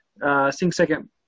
SingSecond